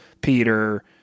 Peter